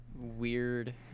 weird